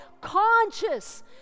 conscious